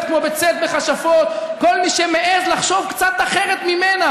כמו בציד מכשפות כל מי שמעז לחשוב קצת אחרת ממנה,